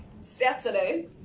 Saturday